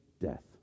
death